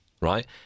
right